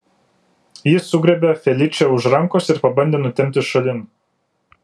jis sugriebė feličę už rankos ir pabandė nutempti šalin